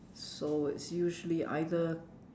so it's usually either